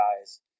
guys